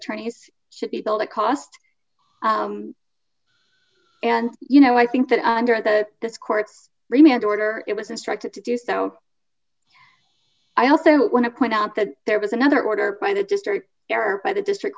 attorneys should be built at cost and you know i think that under the this court's remained order it was instructed to do so i also want to point out that there was another order by the district by the district